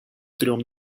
трем